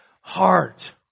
heart